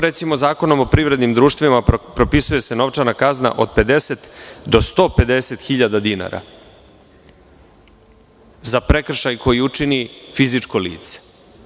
Recimo, Zakonom o privrednim društvima propisuje se novčana kazna od 50.000 do 150.000 dinara za prekršaj koji učini krivično lice.